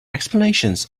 explanations